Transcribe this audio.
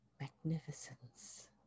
magnificence